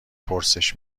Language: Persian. پرسش